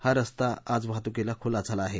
हा रस्ता आज वाहतूकीला खुला झाला आहे